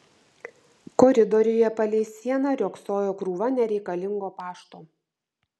koridoriuje palei sieną riogsojo krūva nereikalingo pašto